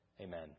Amen